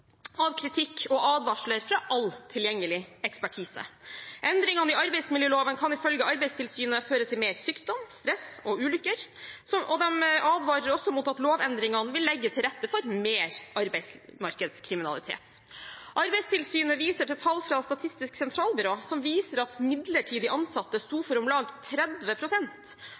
av kritikk og advarsler fra all tilgjengelig ekspertise. Endringene i arbeidsmiljøloven kan ifølge Arbeidstilsynet føre til mer sykdom, stress og ulykker, og de advarer også om at lovendringene vil legge til rette for mer arbeidsmarkedskriminalitet. Arbeidstilsynet viser til tall fra Statistisk sentralbyrå som viser at midlertidig ansatte sto